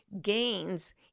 gains